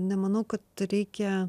nemanau kad reikia